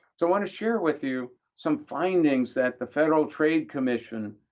so i want to share with you some findings that the federal trade commission